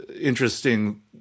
interesting